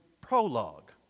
prologue